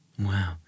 Wow